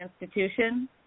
institution